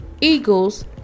Eagles